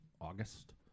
August